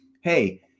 hey